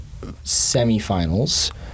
semifinals